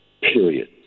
period